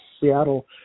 Seattle